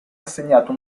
assegnato